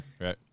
Right